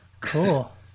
cool